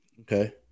Okay